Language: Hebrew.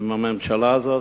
עם הממשלה הזאת,